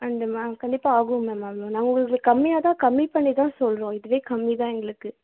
and ma'am கண்டிப்பாக ஆகும் ma'am அவ்வளோலாம் நான் உங்களுக்கு கம்மியாகதான் கம்மி பண்ணி தான் சொல்கிறோம் இதுவே கம்மி தான் எங்களுக்கு